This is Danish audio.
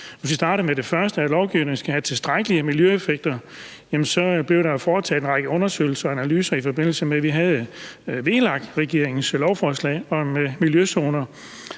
Hvis vi starter med det første, nemlig at lovgivningen skal have tilstrækkelige miljøeffekter, vil jeg sige, at der blev foretaget en række undersøgelser og analyser, i forbindelse med at vi havde VLAK-regeringens lovforslag om miljøzoner,